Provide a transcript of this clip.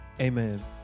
Amen